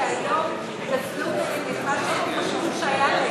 שהיום גזלו מהם את מה שהם חשבו שהיה להם,